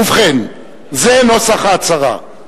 ובכן, זה נוסח ההצהרה: